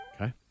Okay